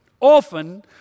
often